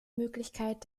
möglichkeit